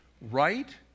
right